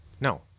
No